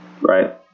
Right